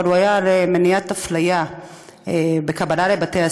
הוא היה על מניעת הפליה בקבלה לבתי-הספר.